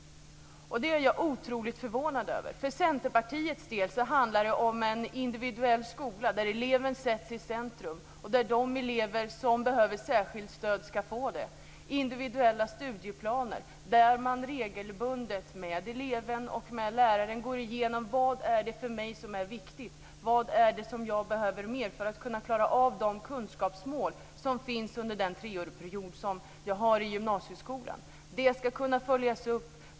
Det är jag otroligt förvånad över. För Centerpartiets del handlar det om en individuell skola där eleven sätts i centrum och där de elever som behöver särskilt stöd får det, individuella studieplaner, där man regelbundet med eleven och med läraren går igenom vad det är som är viktigt för eleven, vad det är som eleven behöver mer för att kunna klara av kunskapsmålen under den treårsperiod som gymnasieskolan omfattar.